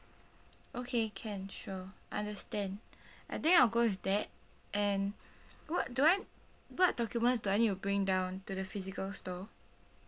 okay can sure understand I think I'll go with that and what do I what documents do I need to bring down to the physical store